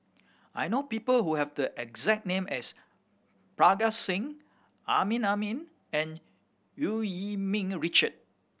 I know people who have the exact name as Parga Singh Amrin Amin and Eu Yee Ming Richard